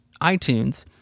iTunes